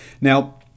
Now